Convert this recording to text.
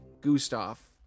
Gustav